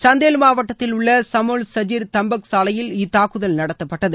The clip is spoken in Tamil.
சந்தல் மாவட்டத்தில் உள்ள சமோல் சஜிர் தம்பக் சாலையில் இத்தாக்குதல் நடத்தப்பட்டது